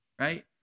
right